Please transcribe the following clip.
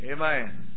Amen